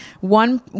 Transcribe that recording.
one